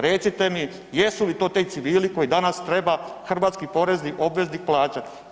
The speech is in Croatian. Recite mi, jesu li to ti civili koje danas treba hrvatski porezni obveznik plaćati?